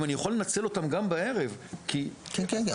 אם אני יכול לנצל אותם גם בערב, כי --- כן, כן.